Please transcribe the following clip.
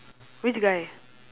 which guy